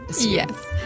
Yes